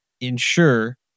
ensure